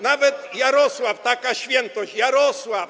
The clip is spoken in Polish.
Nawet Jarosław, taka świętość, Jarosław.